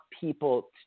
people